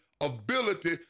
ability